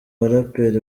baraperi